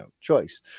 choice